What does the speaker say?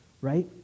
right